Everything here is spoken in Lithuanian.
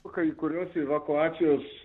kai kurios evakuacijos